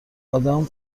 آدم